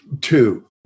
two